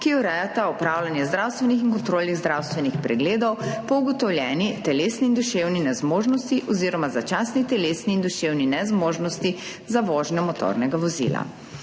urejata opravljanje zdravstvenih in kontrolnih zdravstvenih pregledov po ugotovljeni telesni in duševni nezmožnosti oziroma začasni telesni in duševni nezmožnosti za vožnjo motornega vozila.